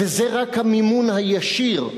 וזה רק המימון הישיר,